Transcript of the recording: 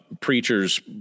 preachers